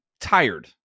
tired